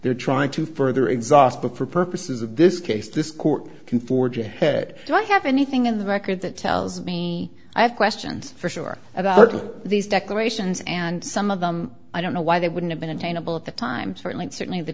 they're trying to further exhaust the for purposes of this case this court can forge ahead to have anything in the record that tells me i have questions for sure about these declarations and some of them i don't know why they wouldn't have been attainable at the time certainly certainly the